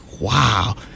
wow